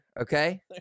Okay